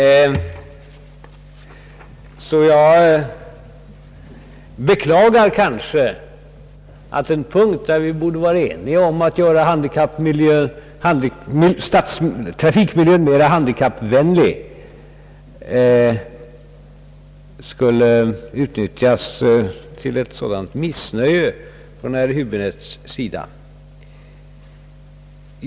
Jag beklagar att den fråga, där vi borde vara eniga om att göra trafikmiljön mera handikappvänlig, utnyttjas till ett sådant missnöje från herr Häbinettes sida.